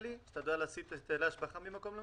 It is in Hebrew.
אתה יודע להסיט היטלי השבחה ממקום למקום?